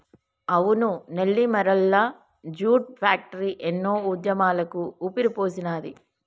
అవును Nellimarla jute factory ఎన్నో ఉద్యమాలకు ఊపిరిపోసినాది